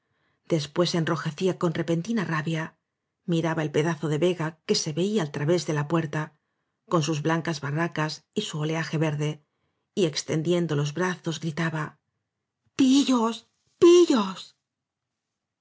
enrojecía con repentina rabia miraba el pedazo de vega que se veía al través de la puerta con sus blancas barracas y su oleaje verde y extendiendo los brazos gritaba pi llos pillos